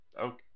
Okay